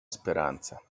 speranza